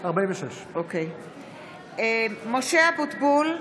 46. (קוראת בשמות חברי הכנסת) משה אבוטבול,